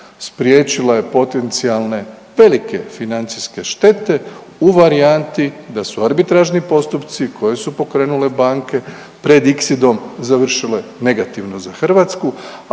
spriječila je potencijalne velike financijske štete u varijanti da su arbitražni postupci koje su pokrenule banke pred …/Govornik se ne razumije./… završile negativno za Hrvatsku,